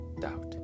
doubt